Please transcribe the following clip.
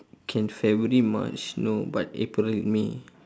can february march no but april may